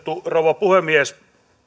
rouva puhemies